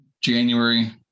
january